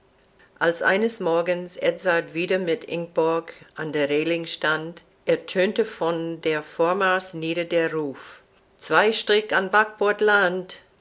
als eines morgens edzard wieder mit ingborg an der rehling stand ertönte von der vormars nieder der ruf zwei strich an backbord